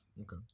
Okay